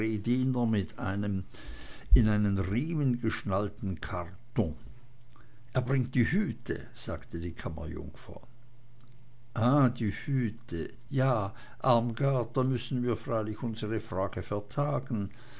mit einem in einen riemen geschnallten karton er bringt die hüte sagte die kammerjungfer ah die hüte ja armgard da müssen wir freilich unsre frage vertagen